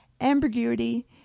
ambiguity